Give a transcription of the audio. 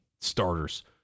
starters